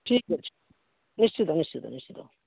ଠିକ୍ ଅଛି ନିଶ୍ଚିତ ନିଶ୍ଚିତ ନିଶ୍ଚିତ